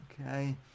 Okay